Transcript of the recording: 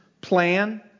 plan